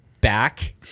back